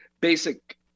basic